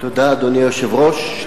אדוני היושב-ראש, תודה.